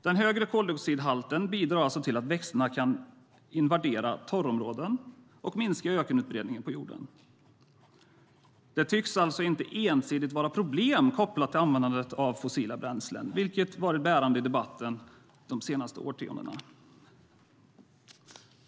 Den högre koldioxidhalten bidrar till att växterna kan invadera torrområden och minska ökenutbredningen på jorden. Det tycks alltså inte ensidigt vara problem kopplade till användande av fossila bränslen, vilket varit bärande i debatten de senaste årtiondena.